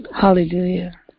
Hallelujah